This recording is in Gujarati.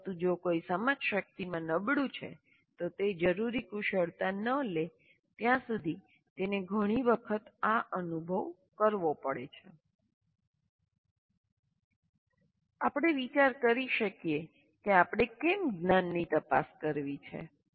પરંતુ જો કોઈ સમજશક્તિમાં નબળુ છે તો તે જરૂરી કુશળતા ન લે ત્યાં સુધી તેને ઘણી વખત આ અનુભવ કરવો પડે છે આપણે વિચાર કરી શકીએ કે આપણે કેમ જ્ઞાનની તપાસ કરવી છે